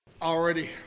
Already